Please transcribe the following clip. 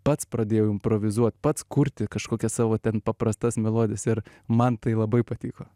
pats pradėjau improvizuot pats kurti kažkokias savo ten paprastas melodijas ir man tai labai patiko